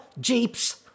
Jeeps